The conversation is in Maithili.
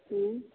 हुँ